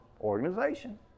organization